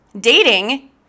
Dating